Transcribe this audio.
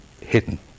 hidden